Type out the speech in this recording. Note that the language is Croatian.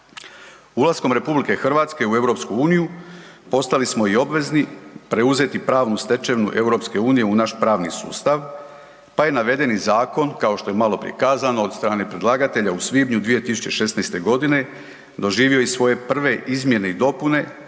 Ulaskom RH u EU postali smo i obvezni preuzeti pravnu stečevinu EU u naš pravni sustav, pa je navedeni zakon, kao što je maloprije kazano, od strane predlagatelja u svibnju 2016.g. doživio i svoje prve izmjene i dopune